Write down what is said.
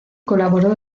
colaboró